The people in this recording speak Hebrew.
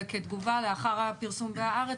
וכתגובה לאחר הפרסום ב"הארץ",